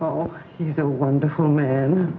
all he's a wonderful man